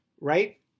right